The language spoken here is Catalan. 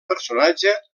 personatge